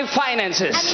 finances